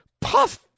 Puff